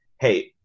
hey